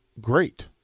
great